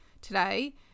today